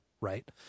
right